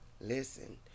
Listen